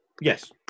Yes